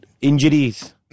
Injuries